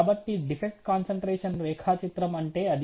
కాబట్టి defect concentration రేఖాచిత్రం అంటే అది